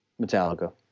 Metallica